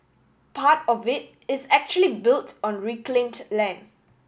part of it is actually built on reclaimed land